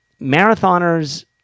marathoners